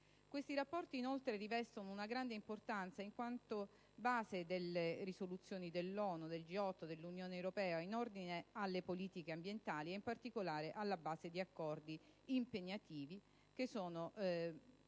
Questi rapporti, inoltre, rivestono una grande importanza in quanto base delle risoluzioni dell'ONU, del G8 e dell'Unione europea in ordine alle politiche ambientali e in quanto sono, in particolare, alla base di accordi impegnativi.